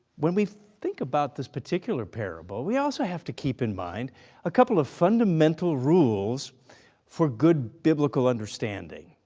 when we think about this particular parable, we also have to keep in mind a couple of fundamental rules for good biblical understanding.